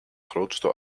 grootste